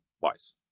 wise